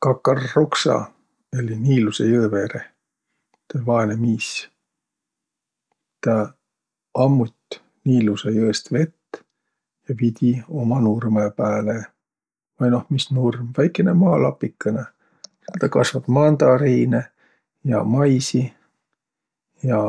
Kakarruksa elli Niilusõ jõõ veereh. Tä oll' vaenõ miis. Tä ammut' Niilusõ jõõst vett ja vidi uma nurmõ pääle. Vai noh, mis nurm, väikene maalapikõnõ. Tä kasvat' mandariinõ ja maisi ja